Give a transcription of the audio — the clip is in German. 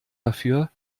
dafür